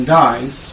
dies